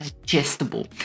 digestible